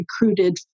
recruited